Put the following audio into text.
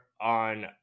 on